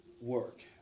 work